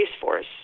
force